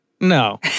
no